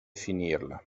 finirla